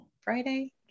Friday